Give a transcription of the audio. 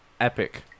epic